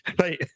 Right